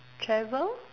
travel